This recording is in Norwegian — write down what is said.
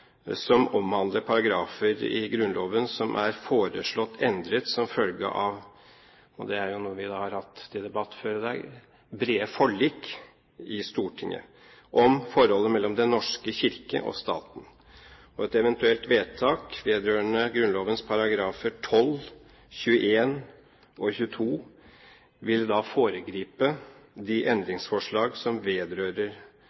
som omhandler paragrafer i Grunnloven som er foreslått endret som følge av – og det er noe vi har hatt til debatt før i dag – brede forlik i Stortinget om forholdet mellom Den norske kirke og staten. Et eventuelt vedtak vedrørende Grunnloven §§ 12, 21 og 22 ville da foregripe de